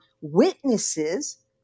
witnesses